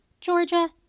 Georgia